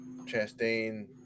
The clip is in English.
Chastain